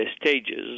stages